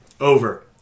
Over